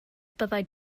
byddai